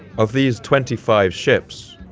of these twenty five ships,